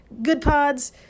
GoodPods